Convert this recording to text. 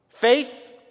Faith